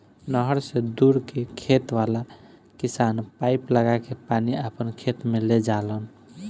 नहर से दूर के खेत वाला किसान पाइप लागा के पानी आपना खेत में ले जालन